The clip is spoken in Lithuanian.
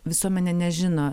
visuomenė nežino